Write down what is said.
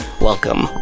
Welcome